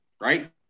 Right